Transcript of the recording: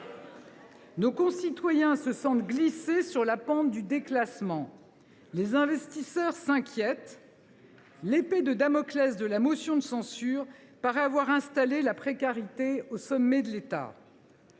Nos concitoyens se sentent glisser sur la pente du déclassement. Les investisseurs s’inquiètent. L’épée de Damoclès de la motion de censure paraît avoir installé la précarité au sommet de l’État.